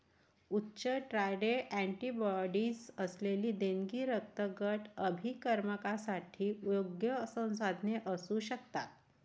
उच्च titre antibodies असलेली देणगी रक्तगट अभिकर्मकांसाठी योग्य संसाधने असू शकतात